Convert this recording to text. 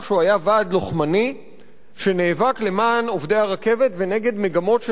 לוחמני שנאבק למען עובדי הרכבת ונגד מגמות של הפרטה,